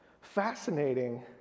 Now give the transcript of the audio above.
fascinating